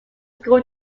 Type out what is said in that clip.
school